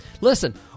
Listen